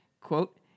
quote